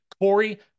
Corey